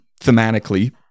thematically